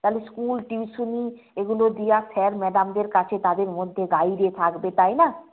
তাহলে school tuition এগুলো দেওয়া স্যার ম্যাডামদের কাছে তাদের মধ্যে গাইডে থাকবে তাই না